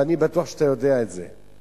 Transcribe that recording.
ואני בטוח שאתה יודע את זה.